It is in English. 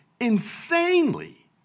insanely